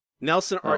Nelson